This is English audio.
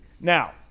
Now